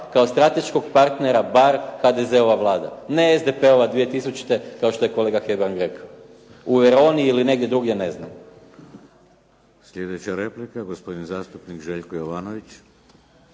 kao strateškog partnera Barr HDZ-ova vlada, ne SDP-ova 2000. kao što je kolega Hebrang rekao u Veroni ili negdje drugdje ne znam. **Šeks, Vladimir (HDZ)** Sljedeća replika, gospodin zastupnik Željko Jovanović.